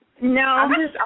No